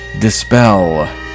Dispel